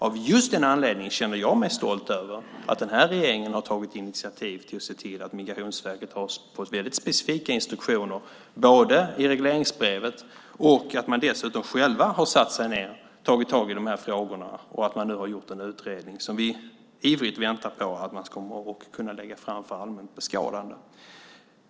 Av just den anledningen känner jag mig stolt över att den nuvarande regeringen tagit initiativ till att Migrationsverket fått mycket specifika instruktioner i regleringsbrevet och att de dessutom själva tagit tag i dessa frågor och nu gjort en utredning som vi ivrigt väntar på ska läggas fram för allmänt beskådande.